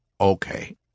Okay